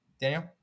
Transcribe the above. Daniel